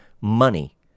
money